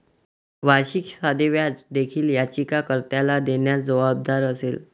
वार्षिक साधे व्याज देखील याचिका कर्त्याला देण्यास जबाबदार असेल